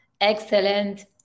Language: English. excellent